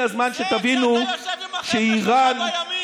את פעילותה וייבנו תחנות משטרה בעולם הערבי,